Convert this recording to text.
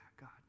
God